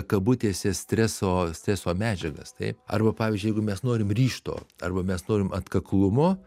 kabutėse streso streso medžiagas taip arba pavyzdžiui jeigu mes norim ryžto arba mes norim atkaklumo